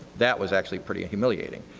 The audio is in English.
that was actually pretty humiliating.